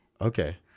Okay